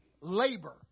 labor